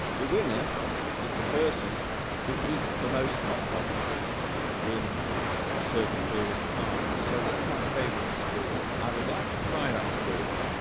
the winner is the person who eats the most hot dogs in a certain period of time so that's my favourite sport i would like to try that sport